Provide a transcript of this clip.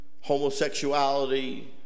homosexuality